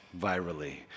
virally